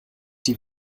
die